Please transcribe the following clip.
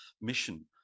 mission